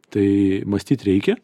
tai mąstyt reikia